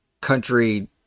country